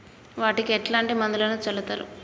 వాటికి ఎట్లాంటి మందులను చల్లుతరు?